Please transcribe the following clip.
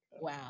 Wow